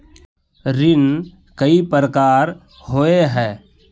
ऋण कई प्रकार होए है?